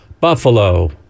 Buffalo